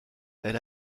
elle